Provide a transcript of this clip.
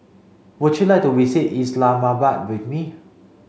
would you like to visit Islamabad with me